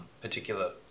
particular